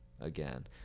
again